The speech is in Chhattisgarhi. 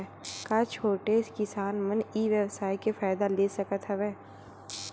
का छोटे किसान मन ई व्यवसाय के फ़ायदा ले सकत हवय?